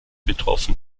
betroffen